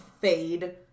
fade